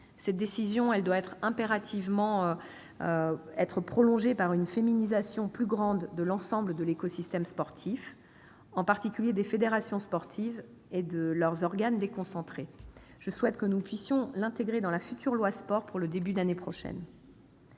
Cette décision doit impérativement se prolonger par une féminisation plus grande de l'ensemble de l'écosystème sportif, en particulier des fédérations sportives et de leurs organes déconcentrés. Je souhaite que nous puissions l'intégrer dans la future loi Sport qui sera examinée en début d'année prochaine.